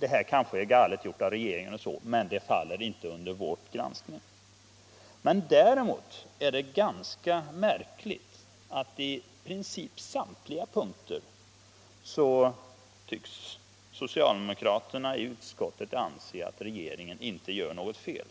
Det här kanske är galet gjort av regeringen, men det faller inte under vårt granskningsuppdrag. Däremot är det märkligt att socialdemokraterna i utskottet på i princip samtliga punkter tycks anse att regeringen inte gjort något fel.